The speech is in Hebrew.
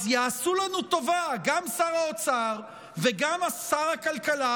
אז יעשו לנו טובה גם שר האוצר וגם שר הכלכלה,